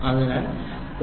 അതിനാൽ ഇത് 0